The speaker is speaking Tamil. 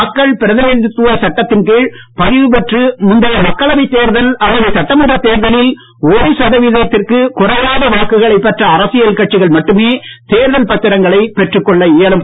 மக்கள் பிரதிநிதித்துவ சட்டத்தின் கீழ் பதிவு பெற்று முந்தைய மக்களவை தேர்தல் அல்லது சட்டமன்ற தேர்தலில் ஒரு சதவிகித்ததிற்கு குறையாத வாக்குகளைப் பெற்ற அரசியல் கட்சிகள் மட்டுமே தேர்தல் பத்திரங்களைப் பெற்றுக் கொள்ள இயலும்